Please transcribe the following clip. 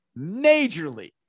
majorly